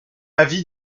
avis